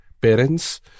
parents